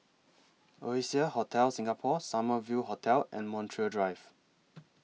Oasia Hotel Singapore Summer View Hotel and Montreal Drive